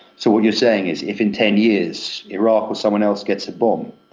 so what you're saying is if in ten years iraq or someone else gets a bomb,